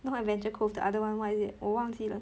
not adventure cove the other one what is it 我忘记了